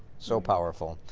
so powerful.